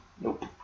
Nope